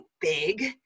big